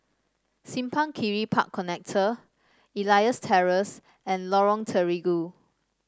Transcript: Simpang Kiri Park Connector Elias Terrace and Lorong Terigu